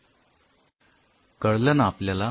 कळलं ना आपल्याला